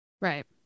right